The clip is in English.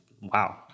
wow